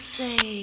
say